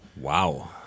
Wow